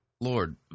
Lord